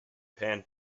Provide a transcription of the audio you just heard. pan